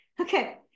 Okay